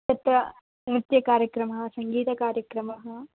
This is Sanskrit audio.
तत्र नृत्यकार्यक्रमः सङ्गीतकार्यक्रमः